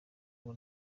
ngo